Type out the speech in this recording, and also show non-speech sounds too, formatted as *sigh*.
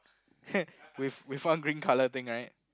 *laughs* with with one green colour thing right